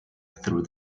through